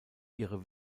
ihre